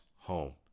home